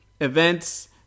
events